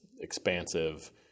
expansive